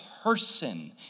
person